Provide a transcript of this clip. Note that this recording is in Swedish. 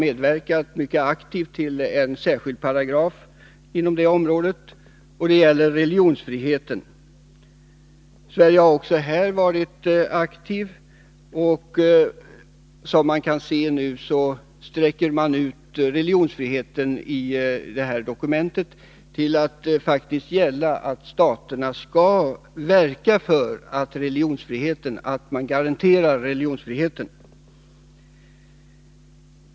Sverige har mycket aktivt medverkat till en särskild paragraf om fackföreningsfrihet i slutdokumentet. Även när det gäller religionsfriheten har Sverige engagerat sig, och i dokumentet utsträcks kraven på religionsfrihet. Staterna skall faktiskt vidta åtgärder för att garantera religionsfriheten.